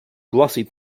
glossy